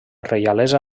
reialesa